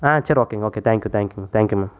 ஆ சரி ஓகேங்க okay thank you தேங்க்யூங்க தேங்க்யூமா